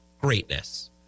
greatness